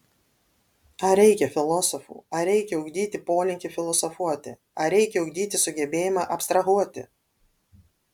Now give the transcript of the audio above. ar reikia filosofų ar reikia ugdyti polinkį filosofuoti ar reikia ugdyti sugebėjimą abstrahuoti